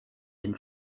dem